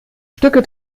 stücke